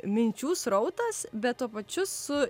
minčių srautas bet tuo pačiu su